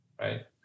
right